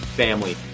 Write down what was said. family